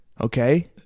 Okay